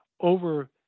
over